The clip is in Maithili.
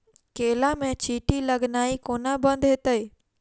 केला मे चींटी लगनाइ कोना बंद हेतइ?